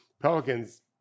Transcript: pelicans